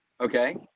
Okay